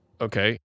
Okay